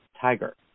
tiger